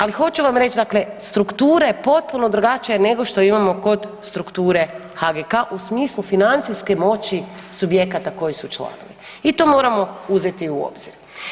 Ali hoću vam reć, dakle, struktura je potpuno drugačija nego što imamo kod strukture HGK-a u smislu financijske moći subjekata koji su članovi i to moramo uzeti u obzir.